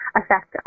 affect